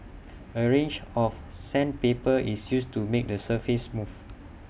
A range of sandpaper is used to make the surface smooth